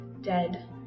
dead